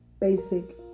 basic